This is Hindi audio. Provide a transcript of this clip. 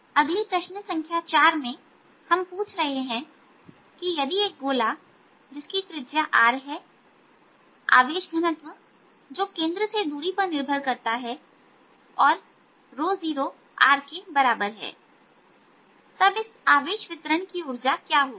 अगली प्रश्न संख्या 4 में हम पूछ रहे हैं कि यदि एक गोला जिसकी त्रिज्या बड़ा R है आवेश घनत्व जो कि केंद्र से दूरी पर निर्भर करता है और 0rके बराबर है तब इस आवेश वितरण की ऊर्जा क्या होगी